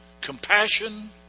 compassion